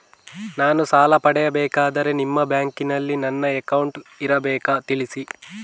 ನಾನು ಸಾಲ ಪಡೆಯಬೇಕಾದರೆ ನಿಮ್ಮ ಬ್ಯಾಂಕಿನಲ್ಲಿ ನನ್ನ ಅಕೌಂಟ್ ಇರಬೇಕಾ ತಿಳಿಸಿ?